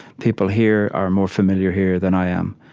people here are more familiar here than i am.